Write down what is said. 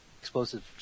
explosives